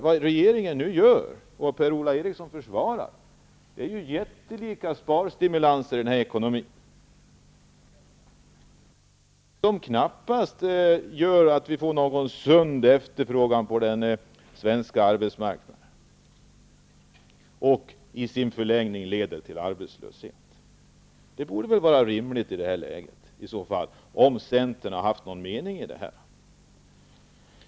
Vad regeringen nu gör och Per-Ola Eriksson försvarar innebär jättelika sparstimulanser som knappast leder till att vi får en sund efterfrågan på den svenska arbetsmarknaden. Det leder i sin förlängning till arbetslöshet. Det borde i det läget vara rimligt om centern har någon mening om detta.